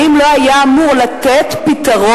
האם הוא לא היה אמור לתת פתרון,